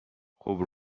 خوب